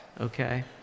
okay